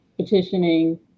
petitioning